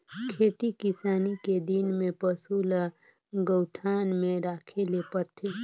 खेती किसानी के दिन में पसू ल गऊठान में राखे ले परथे